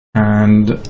and